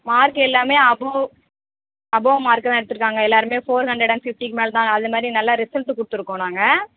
மார்க்கெல்லாமே அபோ அபோ மார்க்கு தான் எடுத்திருக்காங்க எல்லாருமே ஃபோர் ஹண்ட்ரட் அண்ட் ஃபிஃப்டிக்கு மேலே தான் அதுமாதிரி நல்லா ரிசல்ட்டு கொடுத்துருக்கோம் நாங்கள்